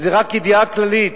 זו רק ידיעה כללית,